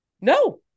No